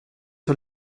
sur